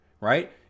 right